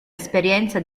esperienza